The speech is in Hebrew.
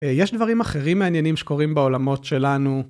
יש דברים אחרים מעניינים שקורים בעולמות שלנו.